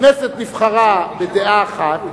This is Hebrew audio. כנסת נבחרה בדעה אחת,